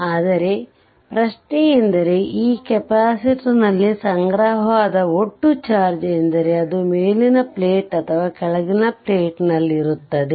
ಆದರೆ ಪ್ರಶ್ನೆಯೆಂದರೆ ಈ ಕೆಪಾಸಿಟರ್ನಲ್ಲಿ ಸಂಗ್ರಹವಾದ ಒಟ್ಟು ಚಾರ್ಜ್ ಎಂದರೆ ಅದು ಮೇಲಿನ ಪ್ಲೇಟ್ ಅಥವಾ ಕೆಳಗಿನ ಪ್ಲೇಟ್ನಲ್ಲಿರುತ್ತದೆ